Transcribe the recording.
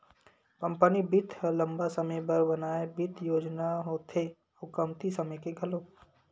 company बित्त ह लंबा समे बर बनाए बित्त योजना होथे अउ कमती समे के घलोक